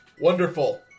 Wonderful